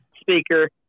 speaker